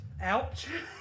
Ouch